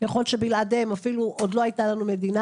יכול להיות שבלעדיהם אולי לא הייתה לנו מדינה.